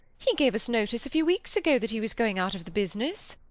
he gave us notice a few weeks ago that he was going out of the business.